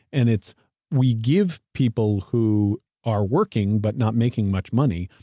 and it's we give people who are working but not making much money,